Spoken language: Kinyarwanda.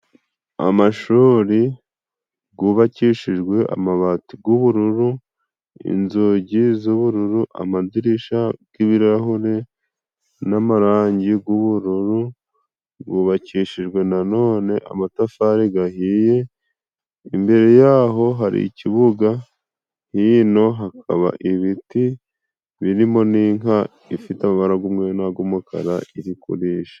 Amashuri gubakishijwe amabati g'ubururu, inzugi z'ubururu, amadirisha g'ibirahure n'amarangi g'ubururu, gubakishijwe na none amatafari gahiye imbere yaho hari ikibuga, hino hakaba ibiti birimo n'inka ifite amabara g'umweru n'ag'umukara iri kurisha.